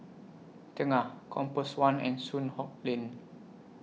Tengah Compass one and Soon Hock Lane